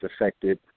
affected